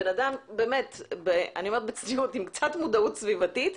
בן אדם אני אומרת בצניעות עם קצת מודעות סביבתית,